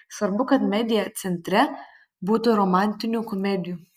svarbu kad media centre būtų romantinių komedijų